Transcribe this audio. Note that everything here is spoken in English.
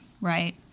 right